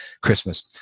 Christmas